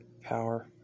power